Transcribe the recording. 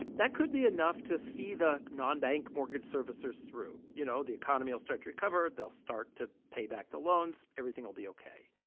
that could be enough to see the nonbank mortgage servicers through. you know, the economy will start to recover they'll start to pay back the loans. everything will be ok.